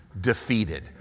defeated